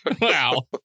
wow